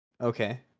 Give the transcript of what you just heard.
Okay